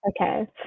Okay